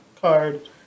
card